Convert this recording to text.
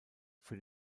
für